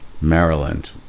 Maryland